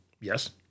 Yes